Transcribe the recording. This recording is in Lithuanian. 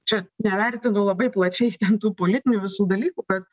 čia nevertinu labai plačiai ten tų politinių visų dalykų kad